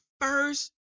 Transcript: first